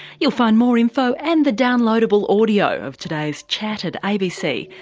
you'll find more info and the downloadable audio of today's chat at abc.